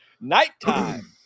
nighttime